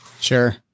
Sure